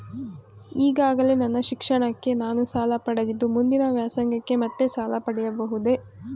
ಈಗಾಗಲೇ ನನ್ನ ಶಿಕ್ಷಣಕ್ಕೆ ನಾನು ಸಾಲ ಪಡೆದಿದ್ದು ಮುಂದಿನ ವ್ಯಾಸಂಗಕ್ಕೆ ಮತ್ತೆ ಸಾಲ ಪಡೆಯಬಹುದೇ?